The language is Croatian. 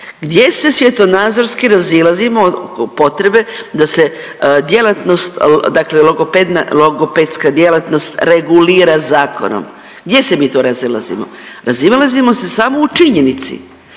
Gdje se svjetonazorski razilazimo oko potrebe da se djelatnost dakle logopedska djelatnost regulira zakonom? Gdje se mi tu razilazimo? Razilazimo se samo u činjenici